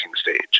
stage